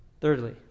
Thirdly